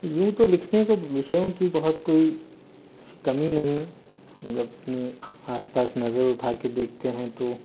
you तो लिखने को विषयों की बहुत कोई कुछ कमी नहीं है जब अपने आस पास नजर उठा के देखते हैं तो